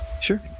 sure